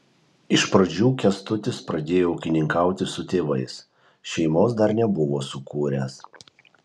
iš pradžių kęstutis pradėjo ūkininkauti su tėvais šeimos dar nebuvo sukūręs